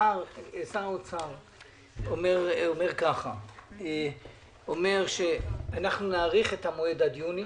שר האוצר אומר: אנחנו נאריך את המועד עד יוני,